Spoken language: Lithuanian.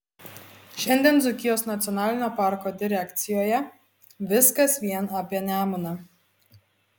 šiandien dzūkijos nacionalinio parko direkcijoje viskas vien apie nemuną